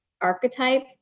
archetype